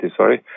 sorry